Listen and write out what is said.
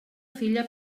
filla